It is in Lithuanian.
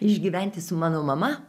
išgyventi su mano mama